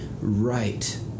right